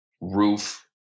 roof